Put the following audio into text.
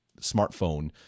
smartphone